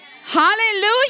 Hallelujah